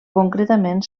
concretament